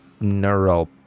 neural